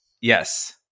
Yes